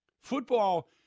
Football